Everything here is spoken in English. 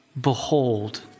Behold